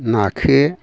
नाखो